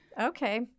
Okay